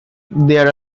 there